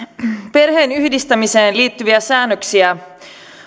perheenyhdistämiseen liittyviä säännöksiä